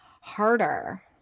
Harder